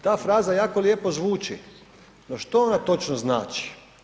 Ta fraza jako lijepo zvuči no što ona točno znači?